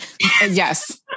Yes